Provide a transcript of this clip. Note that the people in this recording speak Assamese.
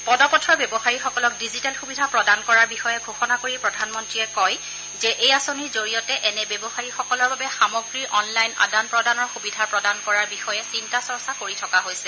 পদপথৰ ব্যৱসায়ীসকলক ডিজিটেল সুবিধা প্ৰদান কৰাৰ বিষয়ে ঘোষণা কৰি প্ৰধানমন্ৰীয়ে কয় যে এই আঁচনিৰ জৰিয়তে এনে ব্যৱসায়ীসকলক বাবে সামগ্ৰীৰ অনলাইন আদান প্ৰদানৰ সুবিধা প্ৰদান কৰাৰ বিষয়ে চিন্তা চৰ্চা কৰি থকা হৈছে